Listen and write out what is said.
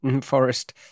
Forest